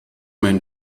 mein